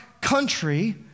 country